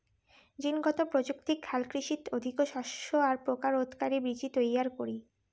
জীনগত প্রযুক্তিক হালকৃষিত অধিকো শস্য আর পোকা রোধকারি বীচি তৈয়ারী করি